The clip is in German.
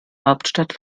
hauptstadt